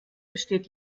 besteht